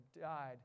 died